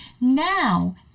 now